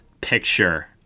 Picture